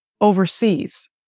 overseas